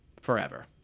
forever